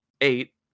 eight